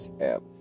app